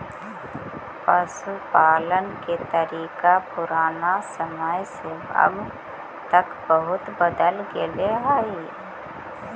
पशुपालन के तरीका पुराना समय से अब तक बहुत बदल गेले हइ